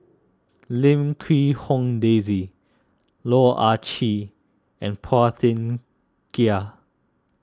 Lim Quee Hong Daisy Loh Ah Chee and Phua Thin Kiay